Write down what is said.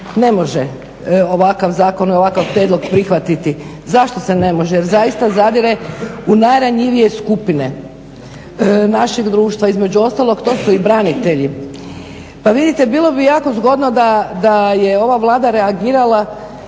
ne može ovakav zakon i ovakav prijedlog prihvatiti. Zašto se ne može? Jer zaista zadire u najranjivije skupine našeg društva. Između ostalog to su i branitelji. Pa vidite bilo bi jako zgodno da je ova Vlada reagirala